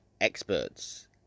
experts